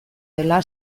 dela